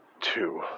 two